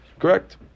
Correct